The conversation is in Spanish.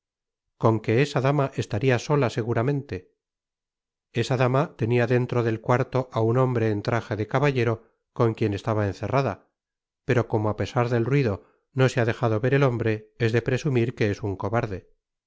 con qué esa dama estaría sola seguramente esa dama tenia dentro del cuarto á un hombre en traje de caballero con quien estaba encerrada pero como apesar del ruido no se ha dejado ver el hombre es de presumir que es un cobarde